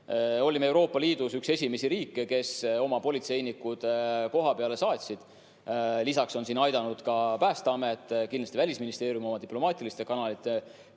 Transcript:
Olime Euroopa Liidus üks esimesi riike, kes oma politseinikud kohapeale saatis. Lisaks on siin aidanud ka Päästeamet, kindlasti Välisministeerium oma diplomaatiliste kanalite kaudu